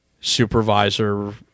supervisor